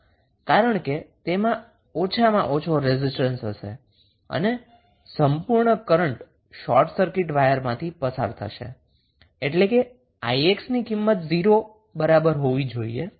કારણ કે તેમાં ઓછામાં ઓછો રેઝિસ્ટન્સ હશે અને સંપૂર્ણ કરન્ટ શોર્ટ સર્કિટ વાયરમાંથી પસાર થશે એટલે કે 𝑖𝑥 ની કિંમત 0 ની બરાબર હોવી જોઈએ